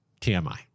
TMI